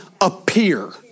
appear